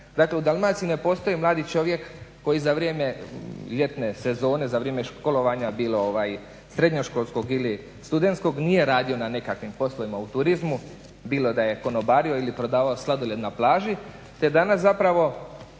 Dakle, u Dalmaciji ne postoji mladi čovjek koji za vrijeme ljetne sezone, za vrijeme školovanja bilo srednjoškolskog ili studentskog nije radio na nekakvim poslovima u turizmu bilo da je konobario ili prodavao sladoled na plaži te danas zapravo